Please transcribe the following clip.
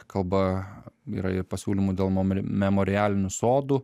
kalba yra ir pasiūlymų dėl mum memorialinių sodų